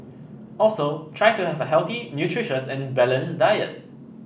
also try to have a healthy nutritious and balanced diet